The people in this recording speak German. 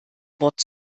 wort